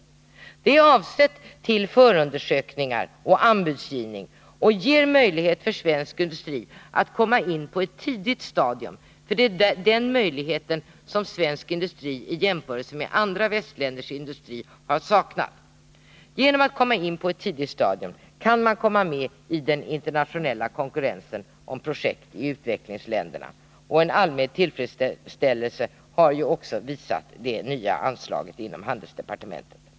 Stödet är avsett till förundersökningar och anbudsgivning, och det ger möjlighet för svensk industri att komma in på ett tidigt stadium. Det är nämligen den möjligheten som svensk industri i jämförelse med andra västländers industrier har saknat. Genom att komma in på ett tidigt stadium kan man komma med i den internationella konkurrensen om projekt i utvecklings länderna. En allmän tillfredsställelse har ju också kommit till uttryck när det gäller det nya anslaget inom handelsdepartementet.